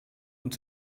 und